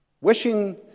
Wishing